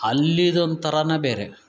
ಅಲ್ಲಿದ ಒಂಥರನ ಬೇರೆ